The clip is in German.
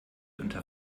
unter